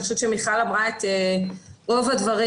אני חושבת שמיכל אמרה את רוב הדברים.